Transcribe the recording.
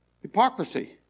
Hypocrisy